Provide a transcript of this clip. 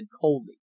coldly